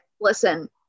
listen